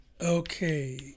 Okay